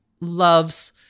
loves